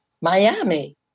Miami